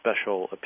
special